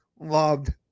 loved